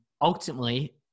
ultimately